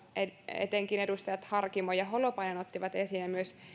etenkin edustajat harkimo ja holopainen ottivat esiin ja myös